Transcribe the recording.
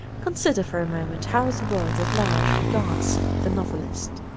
consider for a moment how the world at large regards the novelist.